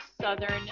Southern